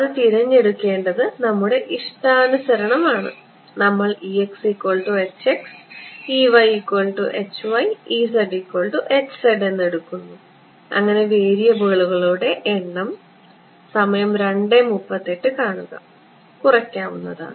അത് തിരഞ്ഞെടുക്കേണ്ടത് നമ്മുടെ ഇഷ്ടാനുസരണം ആണ് നമ്മൾ എന്നെടുക്കുന്നു അങ്ങനെ വേരിയബിളുകളുടെ എണ്ണം സമയം 0238 കാണുക കുറയ്ക്കാം